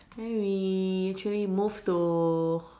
then we actually move to